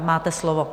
Máte slovo.